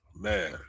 Man